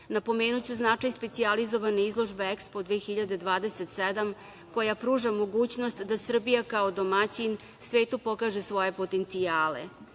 ulaganja. Napomenuću značaj specijalizovanje izložbe EKSPO 2027 koja pruža mogućnost da Srbija kao domaćin svetu pokaže svoje potencijale.S